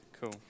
Cool